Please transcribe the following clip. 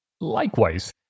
Likewise